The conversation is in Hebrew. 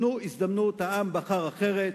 תנו הזדמנות, העם בחר אחרת.